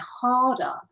harder